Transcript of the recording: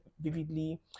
vividly